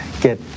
get